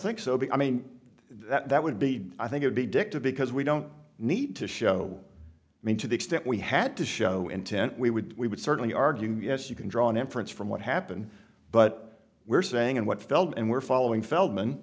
think so but i mean that would be i think would be dicta because we don't need to show me to the extent we had to show intent we would we would certainly argue yes you can draw an inference from what happened but we're saying and what felt and we're following feldman